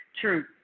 True